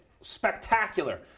spectacular